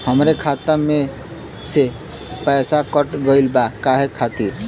हमरे खाता में से पैसाकट गइल बा काहे खातिर?